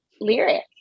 lyric